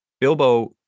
Bilbo